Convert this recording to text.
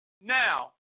Now